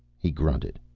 he grunted.